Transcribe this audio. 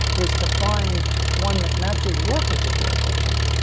is to find one that matches your particular culture.